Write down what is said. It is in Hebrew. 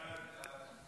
סעיפים 1 2